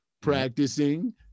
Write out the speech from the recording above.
practicing